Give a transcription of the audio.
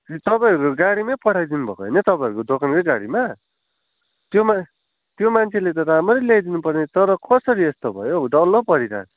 तपाईँहरूको गाडीमै पठाइदिनुभएको होइन तपाईँहरूको दोकानकै गाडीमा त्यो मान्छे त्यो मान्छेले त राम्रै ल्याइदिनुपर्ने त तर कसरी यस्तो भयो हौ डल्लो परिरहको छ